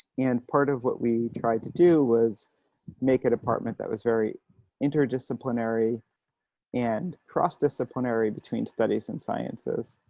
and part of what we tried to do was make a department that was very interdisciplinary and cross-disciplinary between studies and sciences.